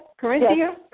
Corinthia